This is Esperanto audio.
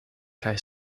kaj